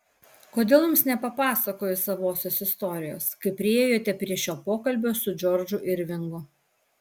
kodėl jums nepapasakojus savosios istorijos kaip priėjote prie šio pokalbio su džordžu irvingu